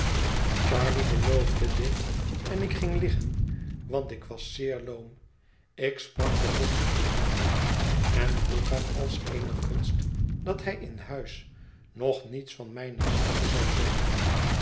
charley beloofde dit en ik ging liggen want ik was zeer loom ik sprak den dokter dien avond en vroeg hem als eene gunst dat hij in huis nog niets van mijne ziekte zou zeggen